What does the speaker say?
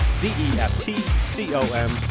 D-E-F-T-C-O-M